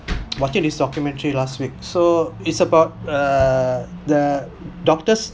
watching this documentary last week so it's about uh the doctors